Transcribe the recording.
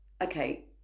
okay